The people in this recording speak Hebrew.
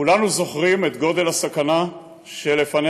כולנו זוכרים את גודל הסכנה שלפניה